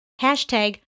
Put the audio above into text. Hashtag